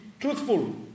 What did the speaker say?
truthful